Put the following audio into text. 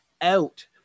out